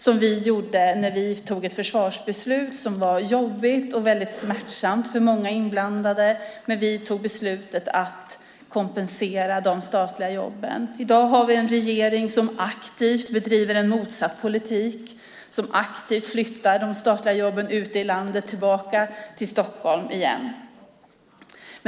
Det gjorde vi när vi fattade ett försvarsbeslut som var jobbigt och väldigt smärtsamt för många inblandade. Men vi fattade beslutet att kompensera för de statliga jobben. I dag har vi en regering som aktivt bedriver en motsatt politik och aktivt flyttar de statliga jobben ute i landet tillbaka till Stockholm.